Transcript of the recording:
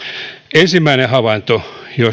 ensimmäinen havainto